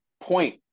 point